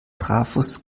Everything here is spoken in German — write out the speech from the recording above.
trafos